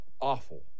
awful